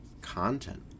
content